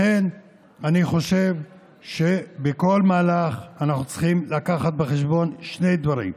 לכן אני חושב שבכל מהלך אנחנו צריכים להביא בחשבון שני דברים: